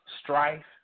strife